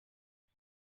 eso